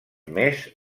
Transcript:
més